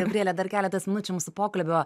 gabriele dar keletas minučių mūsų pokalbio